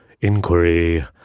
inquiry